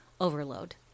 Overload